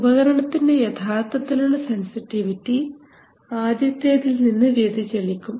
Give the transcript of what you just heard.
ഉപകരണത്തിൻറെ യഥാർത്ഥത്തിലുള്ള സെൻസിറ്റിവിറ്റി ആദ്യത്തേതിൽ നിന്ന് വ്യതിചലിക്കും